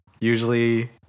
usually